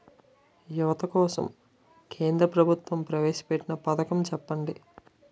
యువత కోసం కేంద్ర ప్రభుత్వం ప్రవేశ పెట్టిన పథకం చెప్పండి?